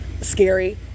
scary